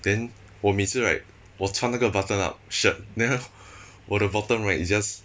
then 我每次 right 我穿那个 button up shirt then 我的 bottom right is just